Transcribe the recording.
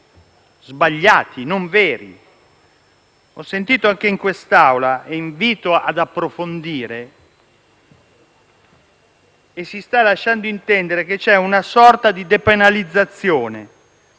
sbagliati, non veri. L'ho sentito anche in quest'Aula - e invito ad approfondire - che si sta lasciando intendere che vi sia una sorta di depenalizzazione,